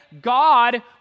God